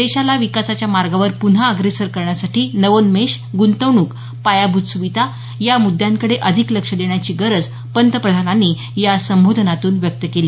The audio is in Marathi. देशाला विकासाच्या मार्गावर प्न्हा अग्रेसर करण्यासाठी नवोन्मेष गुंतवणूक पायाभूत सुविधा या मुद्यांकडे अधिक लक्ष देण्याची गरज पंतप्रधानांनी या संबोधनातून व्यक्त केली